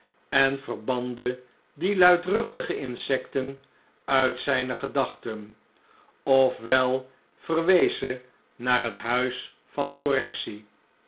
en verbande die luidruchtige insecten uit zijne gedachten of wel verwees ze naar het huis van correctie